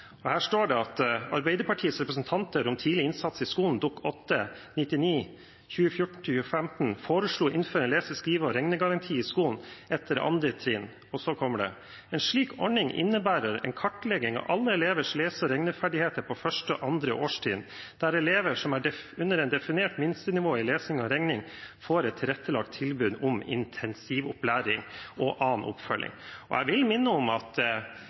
skriver. Her står det at Arbeiderpartiets representanter – om tidlig innsats i skolen, Dokument 8:99 S for 2014–2015 – foreslo å innføre en lese-, skrive- og regnegaranti i skolen etter 2. trinn. Og så kommer det: En slik ordning innebærer en kartlegging av «alle elevers lese- og regneferdigheter i 1. og 2. årstrinn», der elever som er «under et definert minstenivå i lesing og regning får et tilrettelagt tilbud om intensivopplæring og annen oppfølging». Jeg vil minne om at